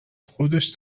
خودش